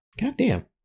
Goddamn